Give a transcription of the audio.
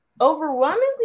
overwhelmingly